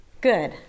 Good